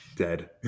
dead